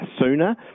sooner